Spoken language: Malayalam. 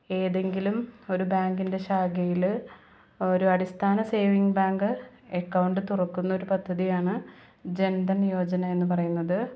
ഏതെങ്കിലും ഒരു ബാങ്കിൻ്റെ ശാഖയിൽ ഒരു അടിസ്ഥാന സേവിങ്ങ് ബാങ്ക് അക്കൗണ്ട് തുറക്കുന്നൊരു പദ്ധതിയാണ് ജൻ ധൻ യോജന എന്ന് പറയുന്നത്